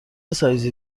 سایزی